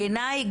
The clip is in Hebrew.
בעיניי,